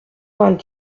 vingt